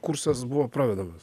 kursas buvo pravedamas